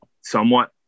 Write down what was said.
somewhat